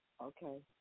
Okay